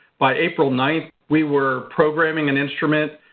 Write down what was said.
by april nine we were programming an instrument.